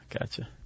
gotcha